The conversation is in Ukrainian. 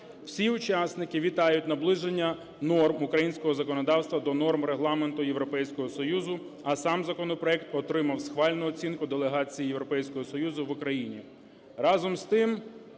Всі учасники вітають наближення норм українського законодавства до норм Регламенту Європейського Союзу, а сам законопроект отримав схвальну оцінку Делегації Європейського Союзу в Україні. Разом з тим,